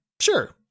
sure